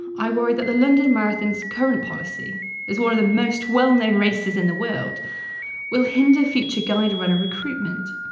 i worry that the london marathon's current policy as one of the most well-known races in the world will hinder future guide runner recruitment.